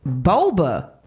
boba